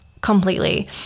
completely